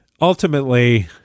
ultimately